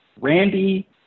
Randy